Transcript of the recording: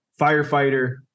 firefighter